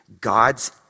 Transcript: God's